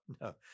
No